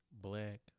black